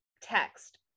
text